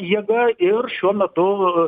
jėga ir šiuo metu